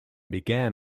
began